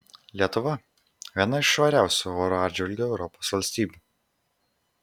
lietuva viena iš švariausių oro atžvilgiu europos valstybių